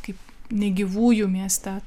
kaip negyvųjų mieste tai